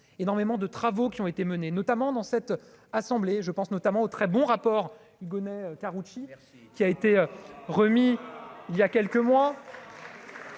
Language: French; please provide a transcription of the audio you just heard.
énormément de travaux qui ont été menées notamment dans cette assemblée, je pense notamment aux très bon rapports Igounet Karoutchi qui a été. Remis il y a quelques mois,